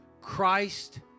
Christ